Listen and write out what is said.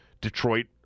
Detroit